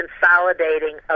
consolidating